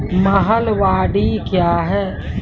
महलबाडी क्या हैं?